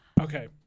Okay